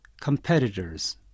competitors